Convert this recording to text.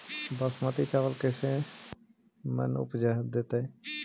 बासमती चावल कैसे मन उपज देतै?